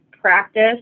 practice